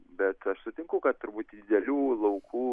bet aš sutinku kad turbūt didelių laukų